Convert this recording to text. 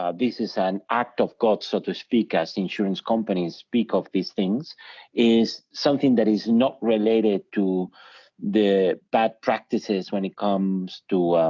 um is an act of god so to speak as insurance companies speak of these things is something that is not related to the bad practices when it comes to